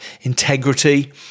integrity